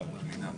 כראוי.